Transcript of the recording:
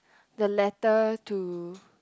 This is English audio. the letter to